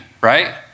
right